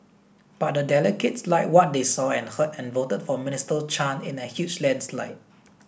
but the delegates liked what they saw and heard and voted for Minister Chan in a huge landslide